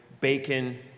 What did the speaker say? bacon